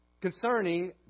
concerning